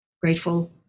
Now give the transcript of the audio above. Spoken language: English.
Grateful